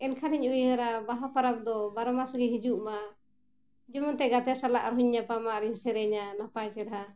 ᱮᱱᱠᱷᱟᱱᱤᱧ ᱩᱭᱦᱟᱹᱨᱟ ᱵᱟᱦᱟ ᱯᱚᱨᱚᱵᱽ ᱫᱚ ᱵᱟᱨᱚ ᱢᱟᱥ ᱜᱮ ᱦᱤᱡᱩᱜ ᱢᱟ ᱡᱮᱢᱚᱱ ᱛᱮ ᱜᱟᱛᱮ ᱥᱟᱞᱟᱜ ᱨᱮᱦᱚᱸᱧ ᱧᱟᱯᱟᱢᱟ ᱟᱨᱤᱧ ᱥᱮᱨᱮᱧᱟ ᱱᱟᱯᱟᱭ ᱪᱮᱦᱨᱟ